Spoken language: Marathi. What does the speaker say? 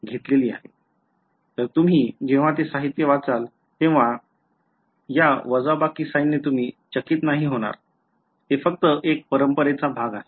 तर तुम्ही जेव्हा ते साहित्य वाचाल तेव्हा वजाबाकी sign ने तुम्ही चकित नाही होणार ते फक्त एक परंपरेचा भाग आहे